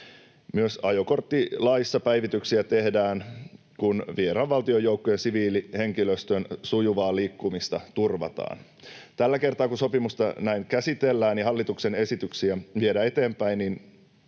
Myös ajokorttilaissa päivityksiä tehdään, kun vieraan valtion joukkojen ja siviilihenkilöstön sujuvaa liikkumista turvataan. Tällä kertaa, kun sopimusta näin käsitellään ja hallituksen esityksiä viedään eteenpäin,